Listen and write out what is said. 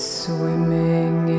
swimming